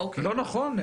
לא נכון.